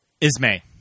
Ismay